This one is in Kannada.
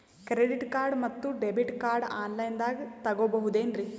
ಕ್ರೆಡಿಟ್ ಕಾರ್ಡ್ ಮತ್ತು ಡೆಬಿಟ್ ಕಾರ್ಡ್ ಆನ್ ಲೈನಾಗ್ ತಗೋಬಹುದೇನ್ರಿ?